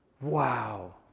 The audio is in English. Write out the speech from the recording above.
Wow